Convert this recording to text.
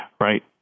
right